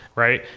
right?